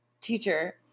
Teacher